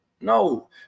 no